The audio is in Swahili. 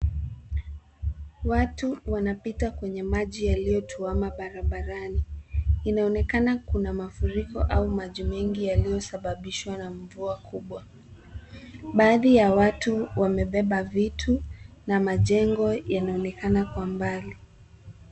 Watu wanapita kwenye maji yaliyotuama barabarani . Inaonekana kuna mafuriko au maji mengi yaliyosababishwa na mvua kubwa. Baadhi ya watu wamebeba vitu na majengo yanaonekana kwa mbali.